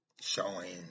showing